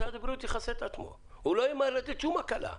משרד הבריאות יכסה את עצמו ולא ימהר לתת שום הקלה.